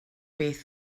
beth